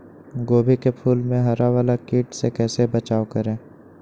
गोभी के फूल मे हरा वाला कीट से कैसे बचाब करें?